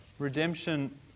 Redemption